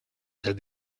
said